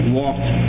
walked